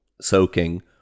soaking